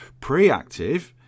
Preactive